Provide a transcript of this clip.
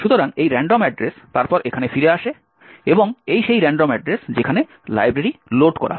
সুতরাং এই random address তারপর এখানে ফিরে আসে এবং এই সেই রান্ডম অ্যাড্রেস যেখানে লাইব্রেরি লোড করা হয়